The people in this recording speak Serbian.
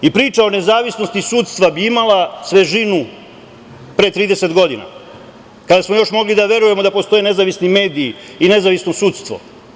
Priča o nezavisnosti sudstva bi imala svežinu pre 30 godina, kada smo još mogli da verujemo da postoje nezavisni mediji i nezavisno sudstvo.